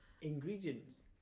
Ingredients